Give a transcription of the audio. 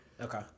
okay